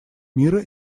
мира